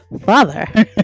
father